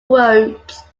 roads